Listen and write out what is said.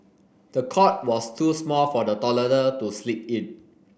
the cot was too small for the toddler to sleep in